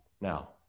Now